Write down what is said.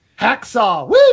Hacksaw